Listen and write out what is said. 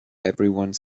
everyone